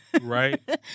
Right